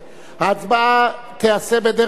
ההצבעה תיעשה בדרך זו: